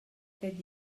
aquest